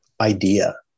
idea